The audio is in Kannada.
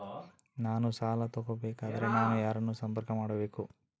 ನಾನು ಸಾಲ ತಗೋಬೇಕಾದರೆ ನಾನು ಯಾರನ್ನು ಸಂಪರ್ಕ ಮಾಡಬೇಕು?